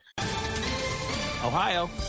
Ohio